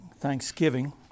Thanksgiving